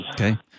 Okay